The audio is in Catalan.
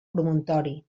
promontori